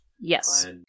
Yes